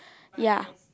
ya